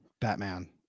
batman